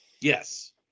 Yes